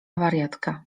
wariatka